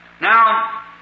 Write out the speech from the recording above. Now